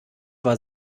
war